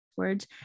words